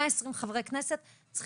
קודם כל אני חלילה לא נפגע,